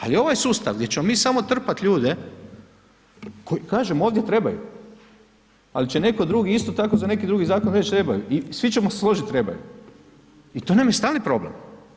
Ali ovaj sustav gdje ćemo mi samo trpati ljudi, koje kažem, ovdje trebaju, ali će netko drugi, isto tako za neki drugi zakon reći trebaju i svi ćemo se složiti trebaju i to nam je stalni problem.